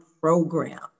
program